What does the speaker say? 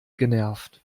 genervt